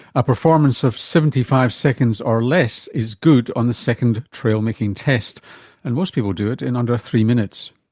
a performance of seventy five seconds or less is good on the second trail making test and most people do it in under three minutes.